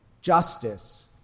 justice